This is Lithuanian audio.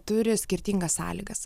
turi skirtingas sąlygas